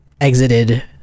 exited